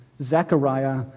Zechariah